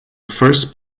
first